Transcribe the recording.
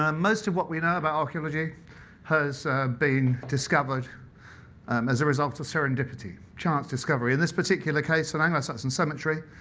um most of what we know about archeology has been discovered as a result of serendipity, chance discovery. in this particular case of an anglo saxon cemetery,